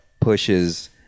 pushes